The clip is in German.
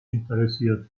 interessiert